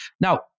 Now